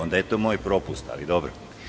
Onda je to moj propust, ali dobro.